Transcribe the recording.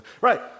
Right